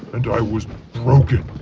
and i was broken.